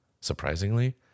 Surprisingly